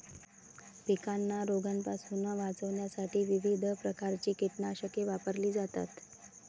पिकांना रोगांपासून वाचवण्यासाठी विविध प्रकारची कीटकनाशके वापरली जातात